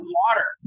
water